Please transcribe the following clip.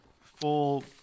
Full